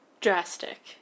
Drastic